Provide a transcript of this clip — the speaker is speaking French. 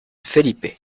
felipe